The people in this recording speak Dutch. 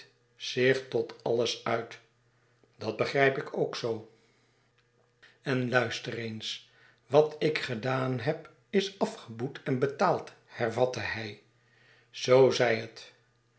zich tot alles uit dat begrijp ik ook zoo en luister eens wat ik gedaan heb is afgeboet en betaald hervatte hij zoo zij het